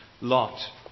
Lot